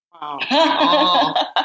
Wow